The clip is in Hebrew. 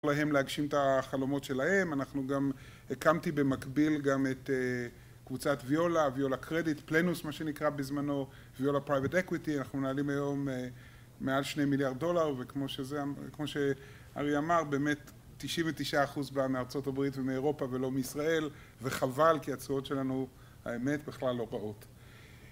להגשים את החלומות שלהם, אנחנו גם הקמתי במקביל גם את קבוצת ויולה, ויולה קרדיט, פלנוס מה שנקרא בזמנו ויולה פרייבט אקוויטי אנחנו נעלים היום מעל שני מיליארד דולר וכמו שזה אמר, כמו שארי אמר באמת תשעים ותשעה אחוז מהמארצות הברית ומהאירופה ולא מישראל וחבל כי הצעות שלנו האמת בכלל לא רעות